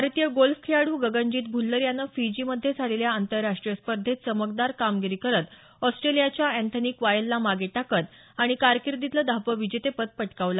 भारतीय गोल्फ खेळाडू गगनजीत भुल्लर यानं फिजीमध्ये झालेल्या आंतरराष्ट्रीय स्पर्धेत चमकदार कामगिरी करत ऑस्ट्रेलियाच्या अँथनी क्वायलला मागे टाकलं आणि कारकिर्दीतलं दहावं विजेतेपद पटकावलं